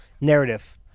narrative